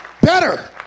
better